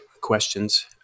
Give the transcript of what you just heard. questions